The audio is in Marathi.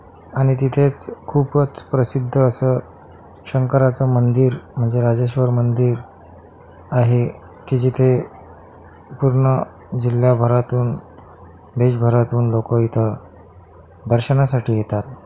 आणि तिथेच खूपच प्रसिद्ध असं शंकराचं मंदिर म्हणजे राजेश्वर मंदिर आहे की जिथे पूर्ण जिल्ह्याभरातून देशभरातून लोकं इथं दर्शनासाठी येतात